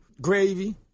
gravy